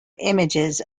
images